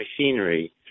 machinery